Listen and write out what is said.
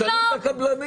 תשאלי את הקבלנים.